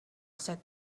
said